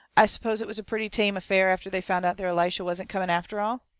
i suppose it was a pretty tame affair after they found out their elisha wasn't coming after all?